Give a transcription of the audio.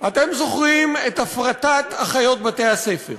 אתם זוכרים את הפרטת אחיות בתי-הספר,